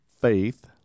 faith